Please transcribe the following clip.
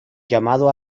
llamado